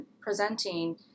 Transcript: presenting